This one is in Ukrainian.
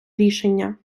рішення